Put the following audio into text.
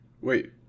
Wait